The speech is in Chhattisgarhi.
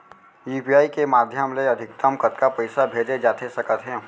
यू.पी.आई के माधयम ले अधिकतम कतका पइसा भेजे जाथे सकत हे?